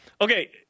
Okay